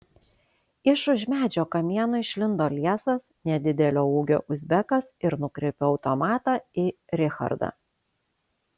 iš už medžio kamieno išlindo liesas nedidelio ūgio uzbekas ir nukreipė automatą į richardą